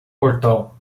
portão